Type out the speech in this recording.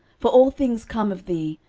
for all things come of thee,